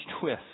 twist